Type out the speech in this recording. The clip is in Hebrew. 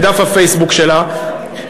בדף הפייסבוק שלה,